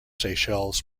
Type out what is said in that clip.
seychelles